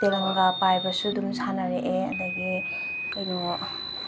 ꯇꯦꯂꯪꯒꯥ ꯄꯥꯏꯕꯁꯨ ꯑꯗꯨꯝ ꯁꯥꯟꯅꯔꯛꯑꯦ ꯑꯗꯒꯤ ꯀꯩꯅꯣ